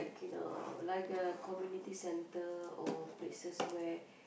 you know like a community centre or places where you know